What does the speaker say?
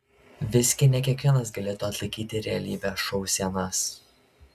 visgi ne kiekvienas galėtų atlaikyti realybės šou sienas